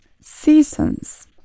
seasons